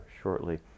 shortly